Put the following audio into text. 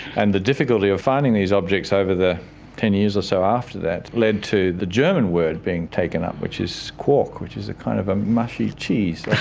and the difficulty of finding these objects over the ten years or so after that led to the german word being taken up which is quark which is a kind of ah mushy cheese.